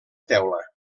teula